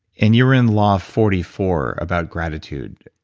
and you were in law forty four, about gratitude.